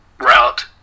route